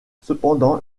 cependant